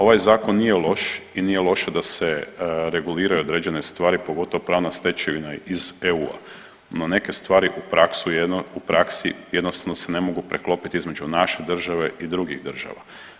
Ovaj zakon nije loš i nije loše da se reguliraju određene stvari, pogotovo pravna stečevina iz EU-a, no neke stvari u praksi jednostavno se ne mogu preklopiti između naše države i drugih država.